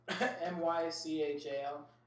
M-Y-C-H-A-L